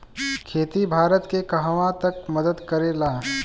खेती भारत के कहवा तक मदत करे ला?